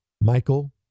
Michael